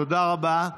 תודה רבה.